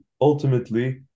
ultimately